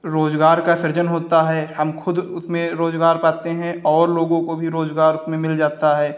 रोज़गार का सृजन होता है हम खुद उसमें रोज़गार पाते हैं और लोगों को भी रोज़गार उसमें मिल जाता है